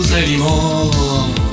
anymore